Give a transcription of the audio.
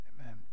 Amen